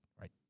right